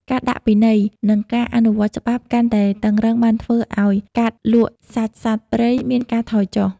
ការដាក់ពិន័យ និងការអនុវត្តច្បាប់កាន់តែតឹងរ៉ឹងបានធ្វើឱ្យការលក់សាច់សត្វព្រៃមានការថយចុះ។